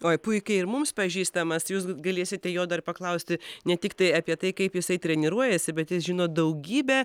oi puikiai ir mums pažįstamas jūs galėsite jo dar paklausti ne tiktai apie tai kaip jisai treniruojasi bet jis žino daugybę